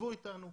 שבו אתנו,